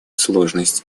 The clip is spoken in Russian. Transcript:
сложность